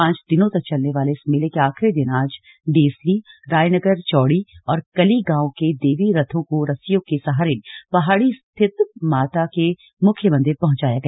पांच दिनों तक चलने वाले इस मेले के आखिरी दिन आज डेसली रायनगर चौड़ी और कली गांव के देवी रथों को रस्सियों के सहारे पहाड़ी स्थित माता के मुख्य मन्दिर पहुंचाया गया